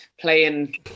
playing